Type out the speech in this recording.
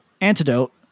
antidote